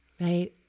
right